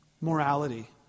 morality